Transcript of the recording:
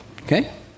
Okay